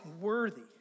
worthy